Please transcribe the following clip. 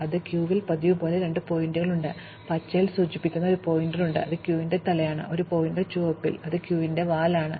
അതിനാൽ ക്യൂവിൽ പതിവുപോലെ ഞങ്ങൾക്ക് രണ്ട് പോയിന്ററുകൾ ഉണ്ട് പച്ചയിൽ സൂചിപ്പിക്കുന്ന ഒരു പോയിന്റർ ഉണ്ട് അത് ക്യൂവിന്റെ തലയാണ് ഒരു പോയിന്റർ ചുവപ്പിൽ അത് ക്യൂവിന്റെ വാൽ ആണ്